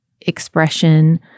expression